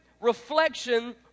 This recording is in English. reflection